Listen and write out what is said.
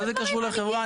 מה זה קשור לחברה?